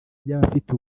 y’abafite